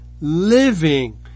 living